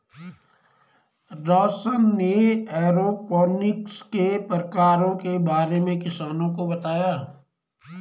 रौशन ने एरोपोनिक्स के प्रकारों के बारे में किसानों को बताया